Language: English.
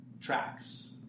tracks